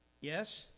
Yes